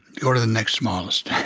go to the next smallest.